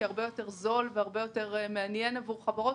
כהרבה יותר זול וכהרבה יותר מעניין עבור חברות.